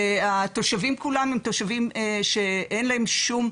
והתושבים כולם הם תושבים שאין להם שום,